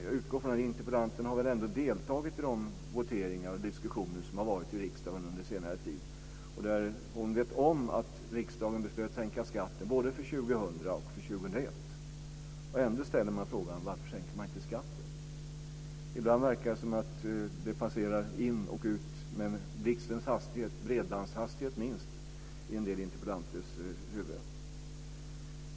Jag utgår från att interpellanten har deltagit i de voteringar och diskussioner som har varit i riksdagen under senare tid och att hon vet att riksdagen beslöt att sänka skatten både för 2000 och för 2001. Ändå ställer hon frågan varför man inte sänker skatten. Ibland verkar det som om det passerar in och ut genom en del interpellanters huvuden med blixtens hastighet, eller minst bredbandshastighet.